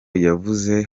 yavuze